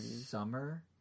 summer